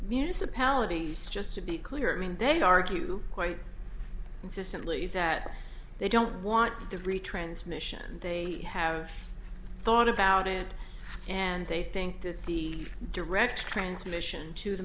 municipality's just to be clear i mean they argue quite consistently that they don't want to free transmission and they have thought about it and they think that the direct transmission to t